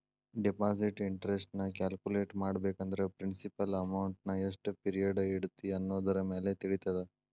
deposit interest ನ calculate ಮಾಡ್ಬೇಕಂದ್ರ principal ಅಮೌಂಟ್ನಾ ಎಷ್ಟ್ ಪಿರಿಯಡ್ ಇಡತಿ ಅನ್ನೋದರಮ್ಯಾಲೆ ತಿಳಿತದ